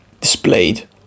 displayed